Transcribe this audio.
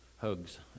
hugs